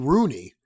Rooney